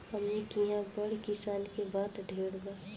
हमनी किहा बड़ किसान के बात ढेर बा